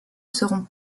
seront